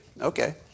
Okay